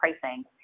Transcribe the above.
pricing